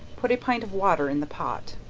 put a pint of water in the pot.